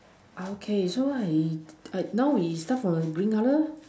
okay so I now we start from the green color